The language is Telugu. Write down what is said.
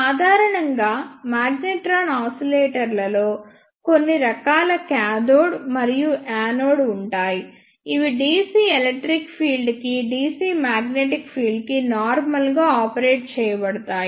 సాధారణంగా మాగ్నెట్రాన్ ఆసిలేటర్లలో కొన్ని రకాల కాథోడ్ మరియు యానోడ్ ఉంటాయి ఇవి dc ఎలక్ట్రిక్ ఫీల్డ్ కి dc మాగ్నెటిక్ ఫీల్డ్ కి నార్మల్ గా ఆపరేట్ చేయబడతాయి